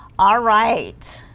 all right